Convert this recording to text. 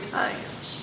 times